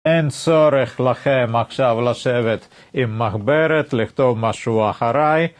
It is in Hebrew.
אין צורך לכם עכשיו לשבת עם מחברת לכתוב משהו אחריי